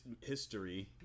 history